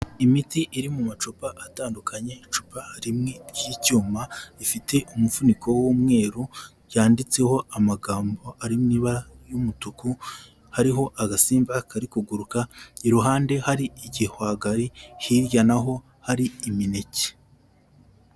Imiti iri mu macupa atandukanye, icupa rimwe ry'icyuma rifite umuvuniko w'umweru, ryanditseho amagambo ari mu ibara ry'umutuku, hariho agasimba kari kuguruka, iruhande hari igihwagari, hirya naho hari imineke.